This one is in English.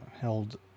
held